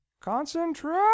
Concentrate